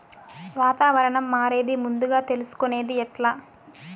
వాతావరణం మారేది ముందుగా తెలుసుకొనేది ఎట్లా?